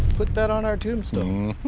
put that on our tombstone.